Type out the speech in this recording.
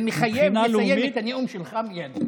זה מחייב לסיים את הנאום שלך מיידית.